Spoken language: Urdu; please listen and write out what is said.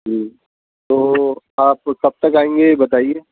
ہوں تو آپ کب تک آئیں گے یہ بتائیے